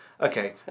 Okay